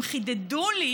הן חידדו לי